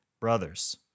Brothers